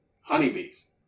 honeybees